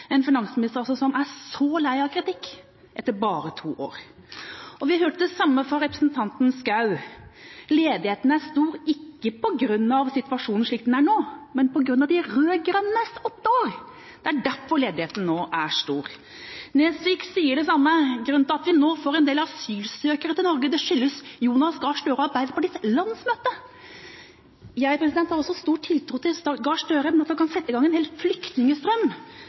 en finansminister som altså er så lei av kritikk etter bare to år. Og vi hørte noe lignende fra representanten Schou: Ledigheten er stor ikke på grunn av situasjonen slik den er nå, men på grunn av de rød-grønnes åtte år. Det er derfor ledigheten nå er stor. Nesvik sier det samme: Grunnen til at vi nå får en del asylsøkere til Norge, skyldes Jonas Gahr Støre og Arbeiderpartiets landsmøte. Jeg har også stor tiltro til Gahr Støre, men at han kan sette i gang en hel flyktningstrøm,